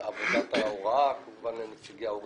כעובדתה הוראה - לציון יום